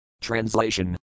Translation